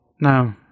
No